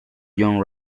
john